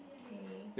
okay